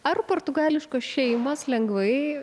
ar portugališkos šeimos lengvai